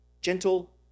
gentle